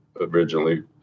originally